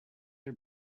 are